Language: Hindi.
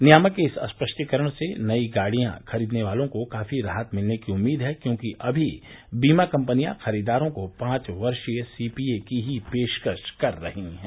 नियामक के इस स्पष्टीकरण से नई गाड़ियां ख़रीदने वालों को काफ़ी राहत मिलने की उम्मीद है क्योंकि अभी बीमा कम्पनियां ख़रीदारों को पांच वर्षीय सीपीए की ही पेशकश कर रही हैं